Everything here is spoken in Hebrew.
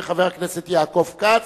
חבר הכנסת יעקב כץ,